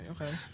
okay